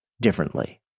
differently